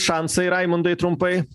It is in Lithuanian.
šansai raimundai trumpai